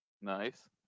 nice